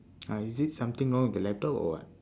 uh is it something wrong with the laptop or what